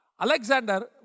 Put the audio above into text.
Alexander